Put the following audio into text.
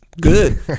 good